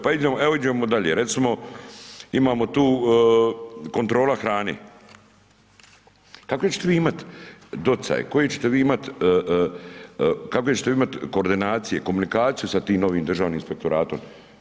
Pa evo iđemo dalje, recimo, imamo tu kontrola hrane, kakve će te vi imat docaj, koji će te vi imat, kakve će te vi imat koordinacije, komunikaciju sa tim novim Državnim inspektoratom?